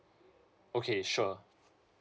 okay sure